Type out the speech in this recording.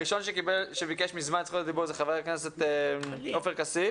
חבר הכנסת עופר כסיף.